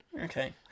okay